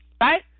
right